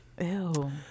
Ew